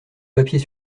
papiers